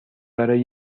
برای